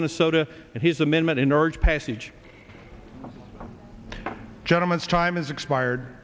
minnesota and his amendment in urge passage gentleman's time is expired